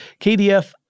KDF